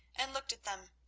and looked at them.